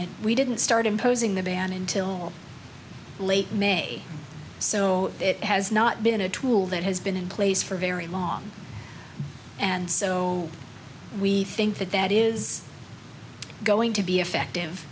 commented we didn't start imposing the ban until late may so it has not been a tool that has been in place for very long and so we think that that is going to be effective